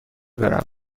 برود